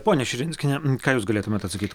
ponia širinskiene ką jūs galėtumėt atsakyt